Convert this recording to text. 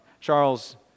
Charles